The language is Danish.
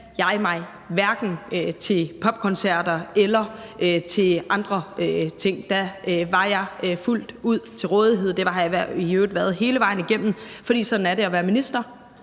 jeg mig hverken til popkoncert eller andre ting. Da var jeg fuldt ud til rådighed, og det har jeg i øvrigt været hele vejen igennem, for sådan er det at være minister: